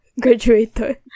graduated